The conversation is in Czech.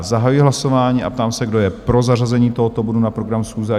Zahajuji hlasování a ptám se, kdo je pro zařazení tohoto bodu na program schůze?